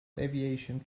aviation